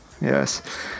Yes